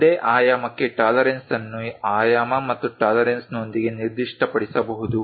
ಒಂದೇ ಆಯಾಮಕ್ಕೆ ಟಾಲರೆನ್ಸ್ ಅನ್ನು ಆಯಾಮ ಮತ್ತು ಟಾಲರೆನ್ಸ್ನೊಂದಿಗೆ ನಿರ್ದಿಷ್ಟಪಡಿಸಬಹುದು